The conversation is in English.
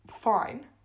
Fine